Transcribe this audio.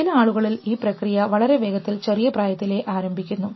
ചില ആളുകളിൽ ഈ പ്രക്രിയ വളരെ വേഗത്തിൽ ചെറിയ പ്രായത്തിലെ ആരംഭിക്കുന്നു